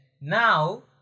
now